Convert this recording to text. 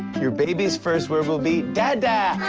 your baby's first word will be dada.